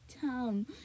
town